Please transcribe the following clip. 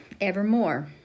evermore